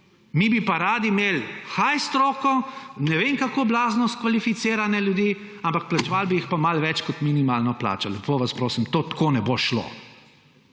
Mi bi pa radi imeli high stroko, ne vem kako blazno kvalificirane ljudi, ampak plačevali bi jih pa malo več kot minimalno plačo. Lepo vas prosim, to tako ne bo šlo!